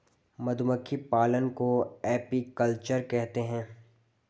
मधुमक्खी पालन को एपीकल्चर कहते है